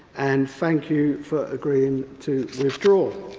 and thank you for agreeing to withdraw.